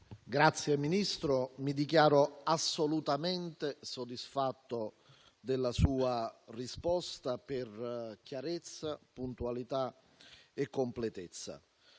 Signor Ministro, mi dichiaro assolutamente soddisfatto della sua risposta per chiarezza, puntualità e completezza.